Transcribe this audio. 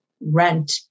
Rent